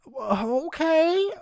Okay